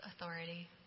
authority